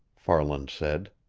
farland said.